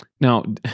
Now